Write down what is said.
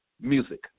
music